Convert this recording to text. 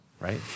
right